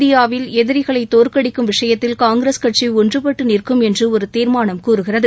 இந்தியாவில் எதிரிகளை தோற்கடிக்கும் விஷயத்தில் காங்கிரஸ் கட்சி ஒன்றுபட்டு நிற்கும் என்று ஒரு தீர்மானம் கூறுகிறது